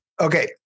Okay